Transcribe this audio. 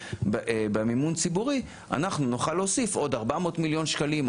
במימון ציבורי אנחנו נוכל להוסיף עוד 400 מיליון שקלים,